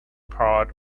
part